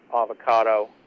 avocado